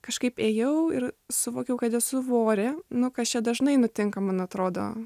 kažkaip ėjau ir suvokiau kad esu vorė nu kas čia dažnai nutinka man atrodo